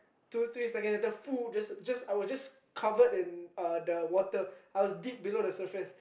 two three seconds later just just I was just covered in uh the water I was deep below the surface